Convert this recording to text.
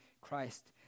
Christ